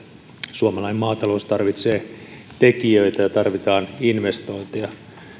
suomalainen maatalous tarvitsee tekijöitä ja tarvitaan investointeja